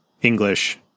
English